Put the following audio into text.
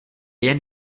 jen